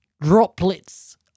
droplets